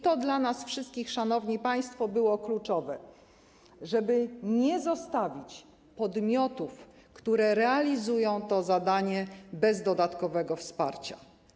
To dla nas wszystkich, szanowni państwo, było kluczowe: żeby nie zostawić podmiotów, które realizują to zadanie, bez dodatkowego wsparcia.